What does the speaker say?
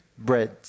Bread